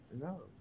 no